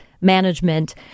Management